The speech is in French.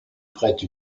prête